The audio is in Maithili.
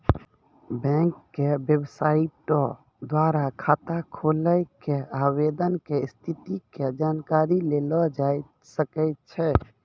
बैंक के बेबसाइटो द्वारा खाता खोलै के आवेदन के स्थिति के जानकारी लेलो जाय सकै छै